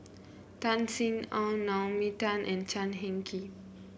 Tan Sin Aun Naomi Tan and Chan Heng Chee